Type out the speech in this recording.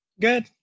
good